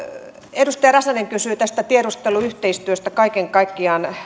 edustaja räsänen kysyi tästä tiedusteluyhteistyöstä kaiken kaikkiaan